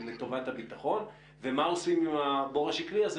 לטובת הביטחון ומה עושים עם הבור השקלי הזה,